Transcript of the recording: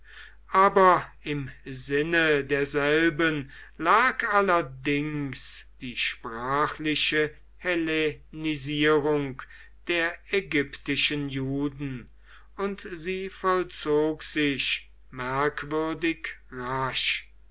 aber im sinne derselben lag allerdings die sprachliche hellenisierung der ägyptischen juden und sie vollzog sich merkwürdig rasch